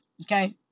okay